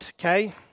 okay